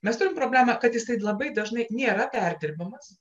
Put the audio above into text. mes turim problemą kad jisai labai dažnai nėra perdirbamas